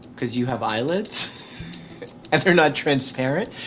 because you have eyelids and they're not transparent.